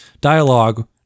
dialogue